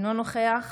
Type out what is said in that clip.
אינו נוכח